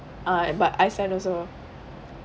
uh but iceland also